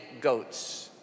goats